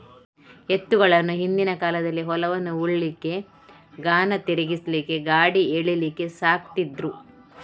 ಎತ್ತುಗಳನ್ನ ಹಿಂದಿನ ಕಾಲದಲ್ಲಿ ಹೊಲವನ್ನ ಉಳ್ಲಿಕ್ಕೆ, ಗಾಣ ತಿರ್ಗಿಸ್ಲಿಕ್ಕೆ, ಗಾಡಿ ಎಳೀಲಿಕ್ಕೆ ಸಾಕ್ತಿದ್ರು